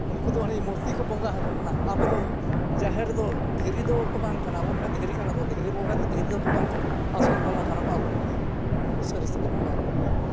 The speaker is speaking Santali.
ᱩᱱᱠᱩ ᱫᱚ ᱦᱟᱹᱱᱤ ᱢᱩᱨᱛᱤ ᱠᱚ ᱵᱚᱸᱜᱟ ᱟᱠᱚ ᱠᱟᱱᱟ ᱟᱵᱚᱫᱚ ᱡᱟᱦᱮᱨ ᱨᱮᱫᱚ ᱫᱷᱤᱨᱤ ᱫᱚᱠᱚ ᱵᱟᱝ ᱠᱟᱱᱟ ᱟᱵᱚ ᱢᱮᱱᱟ ᱫᱷᱤᱨᱤ ᱠᱟᱱᱟ ᱫᱷᱤᱨᱤ ᱵᱚᱸᱜᱟ ᱫᱚ ᱫᱷᱤᱨᱤ ᱫᱚᱠᱚ ᱵᱟᱝ ᱠᱟᱱᱟ ᱟᱥᱚᱞ ᱵᱚᱸᱜᱟ ᱠᱟᱱᱟ ᱠᱚ ᱟᱵᱚᱨᱮᱱ ᱜᱮ ᱱᱩᱠᱩ ᱥᱟᱹᱨᱤ ᱥᱟᱹᱨᱤ ᱵᱚᱸᱜᱟ ᱟᱵᱚᱨᱮᱱ ᱜᱮ